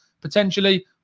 potentially